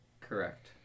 Correct